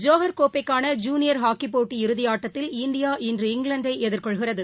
Johor கோப்பைக்கான junior ஹாக்கிப் போட்டி இறுதி ஆட்டத்தில் இந்தியா இன்று இங்கிலாந்தை எதிர்கொள்கிறது